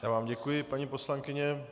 Já vám děkuji, paní poslankyně.